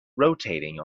rotating